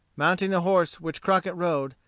mounting the horse which crockett rode,